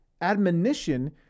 admonition